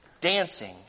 dancing